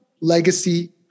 legacy